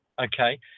Okay